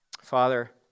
Father